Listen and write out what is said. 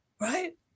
right